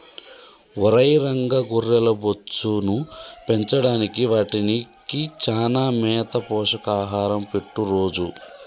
ఒరై రంగ గొర్రెల బొచ్చును పెంచడానికి వాటికి చానా మేత పోషక ఆహారం పెట్టు రోజూ